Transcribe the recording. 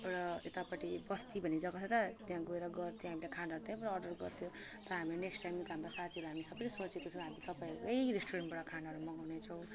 एउटा यतापट्टि बस्ती भन्ने जग्गा छ त त्यहाँ गएर गर्थ्यो हामीले खानाहरू त्यहीँबाट अर्डर गर्थ्यो अन्त हामी नेक्स्ट टाइम हाम्रा साथीहरू हामी सबैले सोचेको छौँ हामी तपाईँहरूकै रेस्टुरेन्टबाट खाना मगाउने छौँ